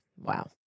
Wow